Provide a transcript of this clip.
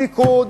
הליכוד,